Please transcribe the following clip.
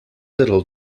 little